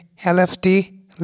LFT